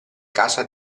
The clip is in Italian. casa